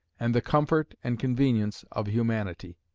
and the comfort and convenience of humanity.